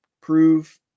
prove